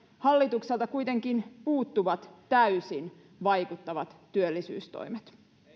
hallitukselta kuitenkin puuttuvat täysin vaikuttavat työllisyystoimet